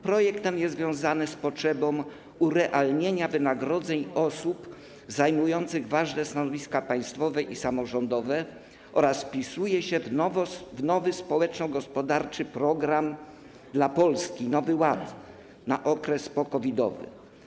Projekt ten jest związany z potrzebą urealnienia wynagrodzeń osób zajmujących ważne stanowiska państwowe i samorządowe oraz wpisuje się w nowy społeczno-gospodarczy program dla Polski, Nowy Ład, na okres pocovidowy.